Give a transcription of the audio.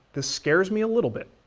this scares me a little bit,